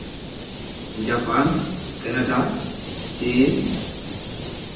Japan Canada ᱪᱤᱱ